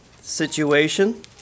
situation